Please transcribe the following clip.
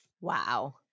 Wow